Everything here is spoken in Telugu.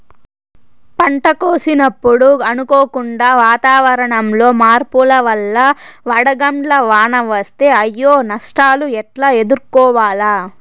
పంట కోసినప్పుడు అనుకోకుండా వాతావరణంలో మార్పుల వల్ల వడగండ్ల వాన వస్తే అయ్యే నష్టాలు ఎట్లా ఎదుర్కోవాలా?